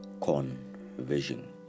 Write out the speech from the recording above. conversion